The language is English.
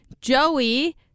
Joey